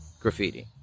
graffiti